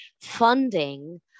funding